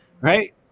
right